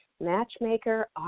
matchmaker